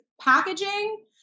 packaging